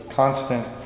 Constant